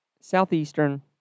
Southeastern